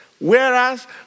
Whereas